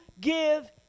Give